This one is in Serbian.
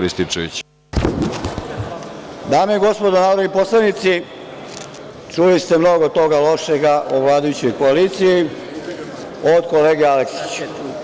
Dame i gospodo narodni poslanici, čuli ste mnogo toga lošega o vladajućoj koaliciji od kolege Aleksića.